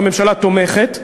הממשלה תומכת.